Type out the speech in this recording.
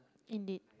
indeed